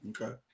Okay